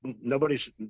nobody's